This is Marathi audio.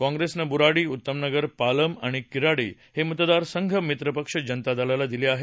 काँग्रेसनं बुराड़ी उत्तम नगर पालम आणि किराड़ी हे मतदारसंघ मित्रपक्ष जनता दलाला दिले आहेत